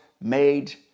made